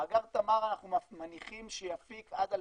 מאגר תמר, אנחנו מניחים שיפיק עד 2050,